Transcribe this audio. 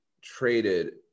traded